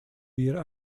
wir